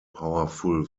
powerful